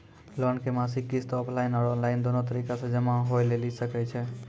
Loan के मासिक किस्त ऑफलाइन और ऑनलाइन दोनो तरीका से जमा होय लेली सकै छै?